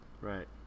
right